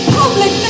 public